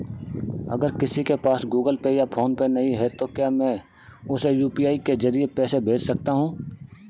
अगर किसी के पास गूगल पे या फोनपे नहीं है तो क्या मैं उसे यू.पी.आई के ज़रिए पैसे भेज सकता हूं?